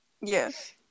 Yes